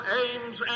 aims